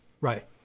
Right